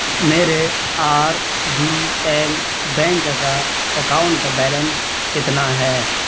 میرے R B L bank کا account balance کتنا ہے